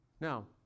Now